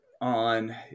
on